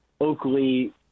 Oakley